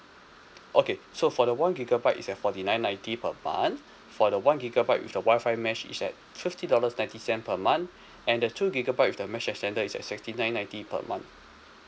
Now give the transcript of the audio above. okay so for the one gigabyte is at forty nine ninety per month for the one gigabyte with the wi-fi mesh is at fifty dollars ninety cent per month and the two gigabyte with the mesh extender is at sixty nine ninety per month